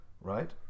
right